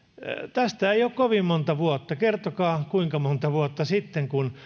tästä ei ole kovin monta vuotta kertokaa kuinka monta vuotta kun